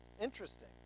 interesting